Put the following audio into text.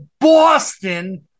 Boston